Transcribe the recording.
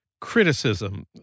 criticism